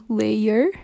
layer